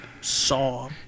Saw